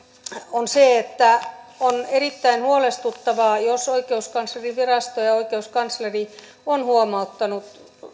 on se että on erittäin huolestuttavaa jos oikeuskanslerinvirasto ja oikeuskansleri ovat huomauttaneet